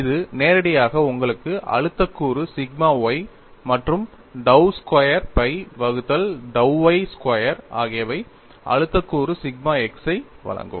இது நேரடியாக உங்களுக்கு அழுத்தக் கூறு சிக்மா y மற்றும் dou ஸ்கொயர் phi வகுத்தல் dou y ஸ்கொயர் ஆகியவை அழுத்தக் கூறு சிக்மா x யை வழங்கும்